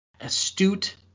astute